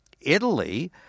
Italy